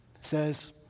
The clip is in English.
says